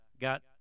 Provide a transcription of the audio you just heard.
got